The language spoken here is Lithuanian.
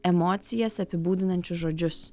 emocijas apibūdinančius žodžius